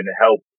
help